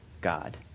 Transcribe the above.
God